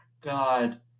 god